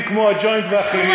כולל הגופים כמו ה"ג'וינט" ואחרים,